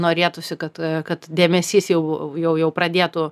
norėtųsi kad kad dėmesys jau jau jau pradėtų